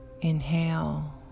Inhale